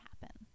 happen